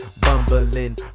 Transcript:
bumbling